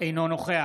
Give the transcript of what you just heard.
אינו נוכח